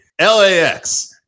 LAX